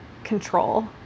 control